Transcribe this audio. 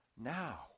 now